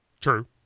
True